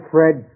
Fred